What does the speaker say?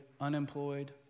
unemployed